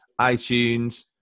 iTunes